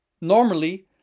Normally